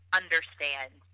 understand